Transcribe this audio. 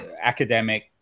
academic